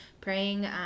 Praying